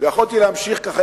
ויכולתי להמשיך ככה.